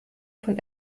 von